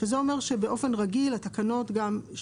היא